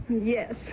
Yes